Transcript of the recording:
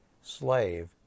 slave